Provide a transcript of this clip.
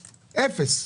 אפס.